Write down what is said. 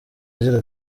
agira